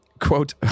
quote